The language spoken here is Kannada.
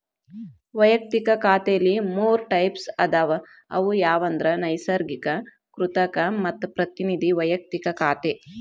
ವಯಕ್ತಿಕ ಖಾತೆಲಿ ಮೂರ್ ಟೈಪ್ಸ್ ಅದಾವ ಅವು ಯಾವಂದ್ರ ನೈಸರ್ಗಿಕ, ಕೃತಕ ಮತ್ತ ಪ್ರತಿನಿಧಿ ವೈಯಕ್ತಿಕ ಖಾತೆ